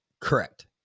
Correct